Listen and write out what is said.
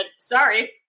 sorry